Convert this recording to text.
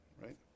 right